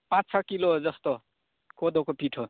पाँच छ किलो जस्तो कोदोको पिठो